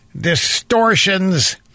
distortions